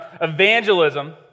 Evangelism